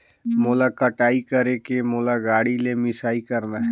मोला कटाई करेके मोला गाड़ी ले मिसाई करना हे?